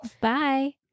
Bye